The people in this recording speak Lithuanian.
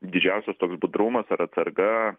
didžiausias toks budrumas ar atsarga